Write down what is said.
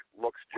looks